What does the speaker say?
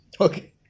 Okay